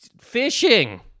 fishing